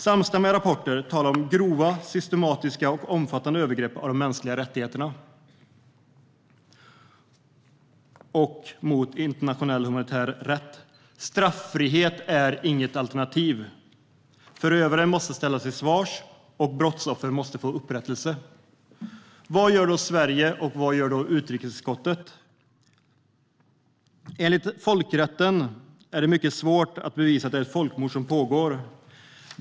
Samstämmiga rapporter talar om grova, systematiska och omfattande övergrepp mot de mänskliga rättigheterna och mot internationell humanitär rätt. Straffrihet är inget alternativ. Förövare måste ställas till svars, och brottsoffer måste få upprättelse. Vad gör då Sverige och utrikesutskottet? Enligt folkrätten är det mycket svårt att bevisa att det är ett folkmord som pågår.